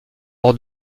hors